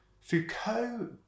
Foucault